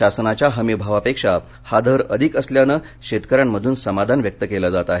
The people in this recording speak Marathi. शासनाच्या हमीभावापेक्षा हा दर अधिक असल्यानं शेतकऱ्यांमधून समाधान व्यक्त केले जात आहे